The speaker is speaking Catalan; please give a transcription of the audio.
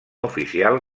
oficial